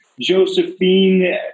Josephine